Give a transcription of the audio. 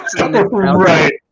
right